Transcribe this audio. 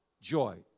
joy